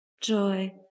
joy